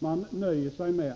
Man nöjer sig med